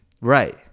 Right